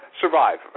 survive